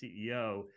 CEO